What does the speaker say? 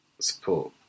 support